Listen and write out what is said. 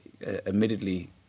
admittedly